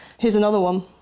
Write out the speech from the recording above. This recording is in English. here's another one.